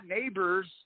neighbors